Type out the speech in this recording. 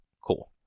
cool